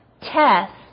test